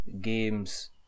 games